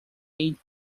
eight